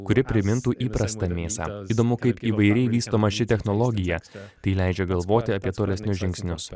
kuri primintų įprastą mėsą įdomu kaip įvairiai vystoma ši technologija tai leidžia galvoti apie tolesnius žingsnius